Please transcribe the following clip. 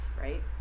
right